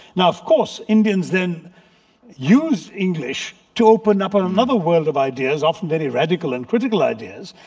now, of course, indians then used english to open up ah another world of ideas. often very radical and critical ideas.